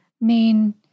main